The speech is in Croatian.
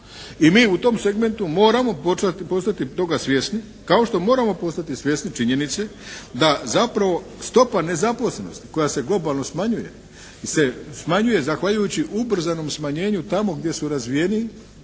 i mi u tom segmentu moramo postati toga svjesni kao što moramo postati svjesni činjenice da zapravo stopa nezaposlenosti koja se globalno smanjuje se smanjuje zahvaljujući ubrzanom smanjenju tamo gdje su razvijeniji,